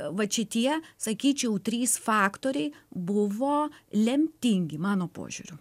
vat šitie sakyčiau trys faktoriai buvo lemtingi mano požiūriu